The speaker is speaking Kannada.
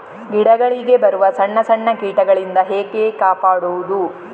ಗಿಡಗಳಿಗೆ ಬರುವ ಸಣ್ಣ ಸಣ್ಣ ಕೀಟಗಳಿಂದ ಹೇಗೆ ಕಾಪಾಡುವುದು?